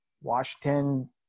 Washington